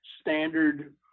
standard